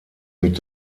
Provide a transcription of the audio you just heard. mit